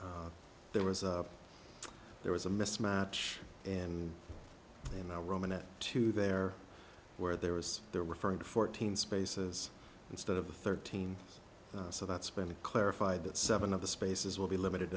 there was a there was a mismatch and in the roman at two there where there was they're referring to fourteen spaces instead of the thirteen so that's been clarified that seven of the spaces will be limited